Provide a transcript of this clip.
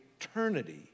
eternity